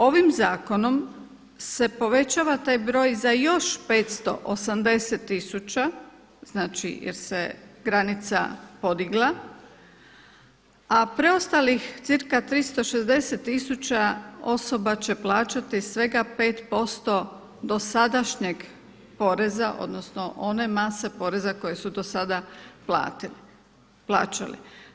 Ovim zakonom se povećava taj broj za još 580 tisuća znači jer se granica podigla, a preostalih cca 360 tisuća osoba će plaćati svega 5% dosadašnjeg poreza odnosno one mase poreza koje su do sada plaćali.